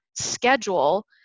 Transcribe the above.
schedule